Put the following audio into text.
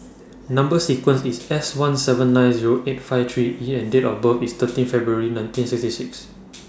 Number sequence IS S one seven nine Zero eight five three E and Date of birth IS thirteen February nineteen sixty six